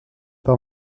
par